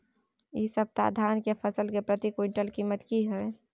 इ सप्ताह धान के फसल के प्रति क्विंटल कीमत की हय?